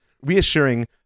Reassuring